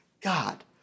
God